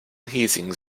heating